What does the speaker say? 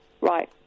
Right